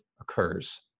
occurs